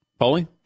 Paulie